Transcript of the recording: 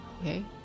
Okay